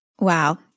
Wow